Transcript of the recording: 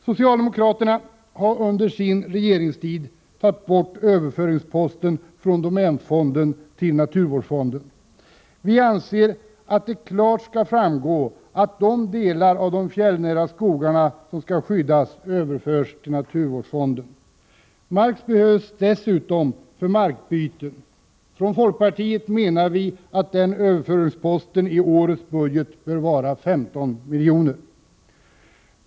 Socialdemokraterna har under sin regeringstid tagit bort posten för överföring från domänfonden till naturvårdsfonden. Vi anser att det klart skall framgå att de delar av de fjällnära skogarna som skall skyddas överförs till naturvårdsfonden. Mark behövs dessutom för markbyten. Från folkpartiets sida menar vi att denna överföringspost i årets budget bör vara 15 miljoner.